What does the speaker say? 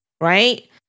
right